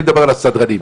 זה סותר את החוק.